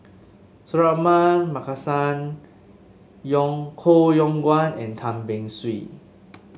Suratman Markasan Yong Koh Yong Guan and Tan Beng Swee